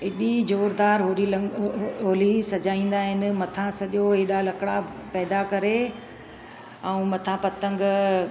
एॾी ज़ोरदारु होली लंग होली सजाईंदा आहिनि मथां सॼो एॾा लकड़ा पैदा करे ऐं मथां पतंग